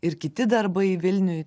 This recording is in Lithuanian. ir kiti darbai vilniuj